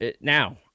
Now